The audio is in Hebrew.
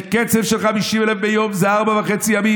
בקצב של 50,000 ביום זה ארבעה וחצי ימים